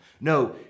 No